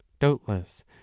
doubtless